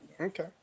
Okay